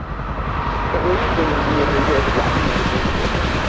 it reads in in the abbreviated latin that was used in doomsday